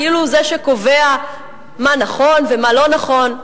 כאילו הוא זה שקובע מה נכון ומה לא נכון,